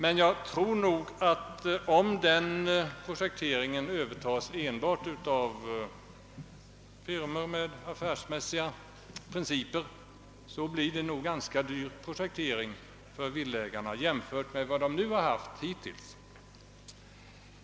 SkaH denna projektering övertas av enbart firmor som arbetar enligt affärsmässiga principer, blir den ganska dyrbar för villaägarna jämfört med hittills.